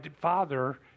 father